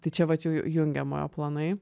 tai čia vat jau jungiamojo planai